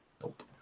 Nope